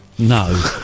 No